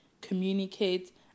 communicate